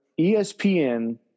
ESPN